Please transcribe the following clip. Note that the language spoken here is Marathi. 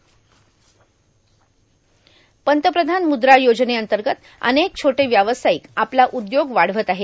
इंट्रो पंतप्रधान मुद्रा योजनेअंतगत अनेक छोटे व्यावर्सार्यक आपला उद्योग वाढवत आहेत